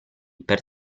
per